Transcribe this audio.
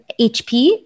HP